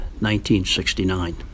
1969